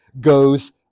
goes